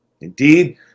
Indeed